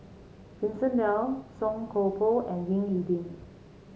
Vincent Leow Song Koon Poh and Ying E Ding